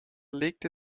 legte